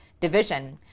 division